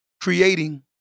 creating